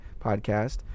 podcast